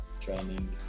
Training